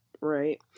right